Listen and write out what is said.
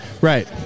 Right